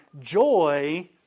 joy